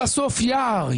בסוף יש יער,